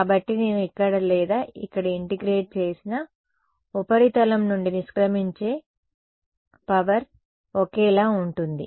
కాబట్టి నేను ఇక్కడ లేదా ఇక్కడ ఇంటిగ్రేట్ చేసినా ఉపరితలం నుండి నిష్క్రమించే పవర్ ఒకేలా ఉంటుంది